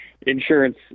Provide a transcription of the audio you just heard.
insurance